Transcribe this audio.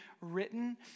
written